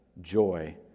joy